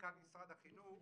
למנכ"ל משרד החינוך.